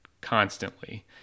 constantly